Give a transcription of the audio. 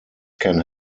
can